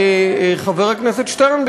חבר הכנסת שטרן,